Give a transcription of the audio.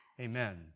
Amen